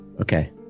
Okay